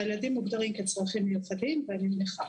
הילדים מוגדרים כבעלי צרכים מיוחדים ואני נכה